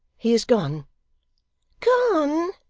he is gone gone!